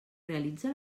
realitza